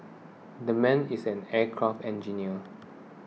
that man is an aircraft engineer